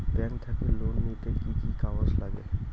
Bank থাকি loan নিতে কি কি কাগজ নাগে?